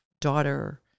daughter